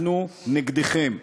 אנחנו נגדכם,